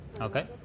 Okay